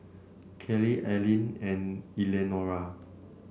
Kellie Arline and Eleanora